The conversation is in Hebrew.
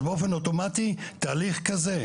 אז באופן אוטומטי תהליך כזה,